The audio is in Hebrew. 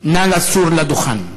נא לסור לדוכן.